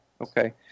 okay